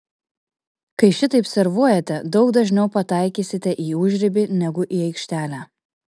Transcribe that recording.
kai šitaip servuojate daug dažniau pataikysite į užribį negu į aikštelę